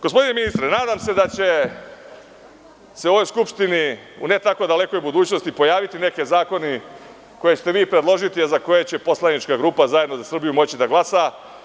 Gospodine ministre, nadam se da će se u ovoj Skupštini u ne tako dalekoj budućnosti pojaviti neki zakoni koje ste vi predložili, za koje će poslanička grupa Zajedno za Srbiju moći da glasa.